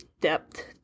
depth